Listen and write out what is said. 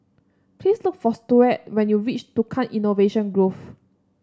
please look for Stuart when you reach Tukang Innovation Grove